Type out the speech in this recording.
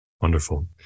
Wonderful